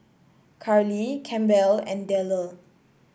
Karli Campbell and Dellar